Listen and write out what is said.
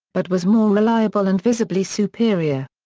but was more reliable and visibly superior.